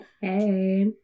Hey